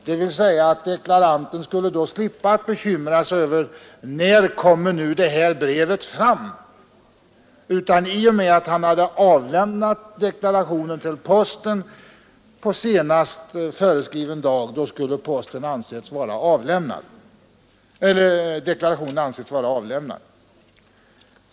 Deklaranten skulle ju då slippa ha bekymmer för när brevet kommer fram; i och med att han avlämnat deklarationen till posten på senaste föreskrivna dag skulle deklarationen anses vara avlämnad.